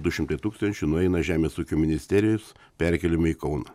du šimtai tūkstančių nueina žemės ūkio ministerijos perkėlimui į kauną